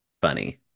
funny